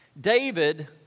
David